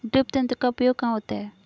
Drip तंत्र का उपयोग कहाँ होता है?